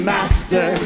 Master